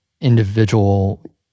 individual